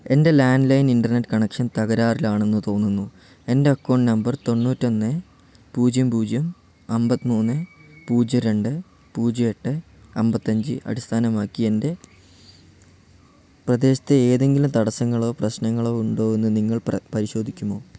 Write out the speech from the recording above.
എൻ്റെ landline internet connection തകരാറിലാണെന്ന് തോന്നുന്നു എൻ്റെ അക്കൗണ്ട് നമ്പർ തൊണ്ണൂറ്റൊന്ന് പൂജ്യം പൂജ്യം അമ്പത്തിമൂന്ന് പൂജ്യം രണ്ട് പൂജ്യം എട്ട് അമ്പത്തഞ്ച് അടിസ്ഥാനമാക്കി എൻ്റെ പ്രദേശത്തെ ഏതെങ്കിലും തടസ്സങ്ങളോ പ്രശ്നങ്ങളോ ഉണ്ടോ എന്ന് നിങ്ങൾ പരിശോധിക്കുമോ